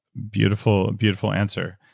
beautiful, beautiful answer.